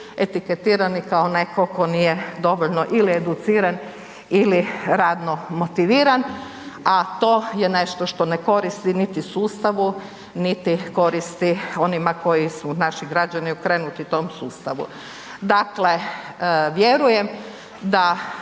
etiketirani kao netko tko nije dovoljno ili educiran ili radno motiviran, a to je nešto što ne koristi niti sustavu niti koristi onima koji su, naši građani, okrenuti tom sustavu. Dakle, vjerujem da